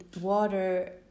water